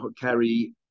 carry